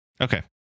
Okay